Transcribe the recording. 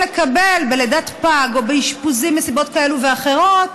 בלידת פג או באשפוזים מסיבות כאלה ואחרות,